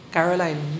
Caroline